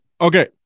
Okay